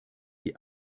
die